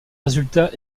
résultats